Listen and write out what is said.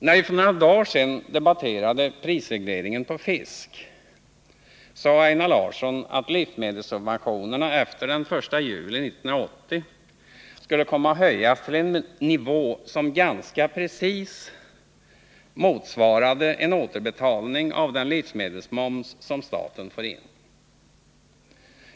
När vi för några dagar sedan debatterade prisregleringen för fisk sade Einar Larsson att livsmedelssubventionerna efter den 1 juli 1980 skulle komma att höjas till en nivå som ganska precis motsvarade en återbetalning av den livsmedelsmoms som staten får in.